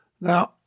Now